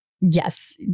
Yes